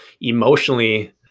emotionally